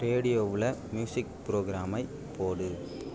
ரேடியோவில் மியூசிக் புரோகிராமை போடு